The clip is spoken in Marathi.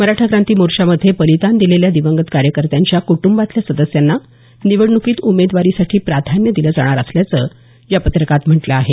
मराठा क्रांती मोर्चामध्ये बलिदान दिलेल्या दिवंगत कार्यकर्त्यांच्या कुटुंबातल्या सदस्यांना निवडणुकीत उमेदवारीसाठी प्राधान्य दिलं जाणार असल्याचं या पत्रकात म्हटलं आहे